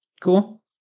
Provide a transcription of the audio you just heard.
Cool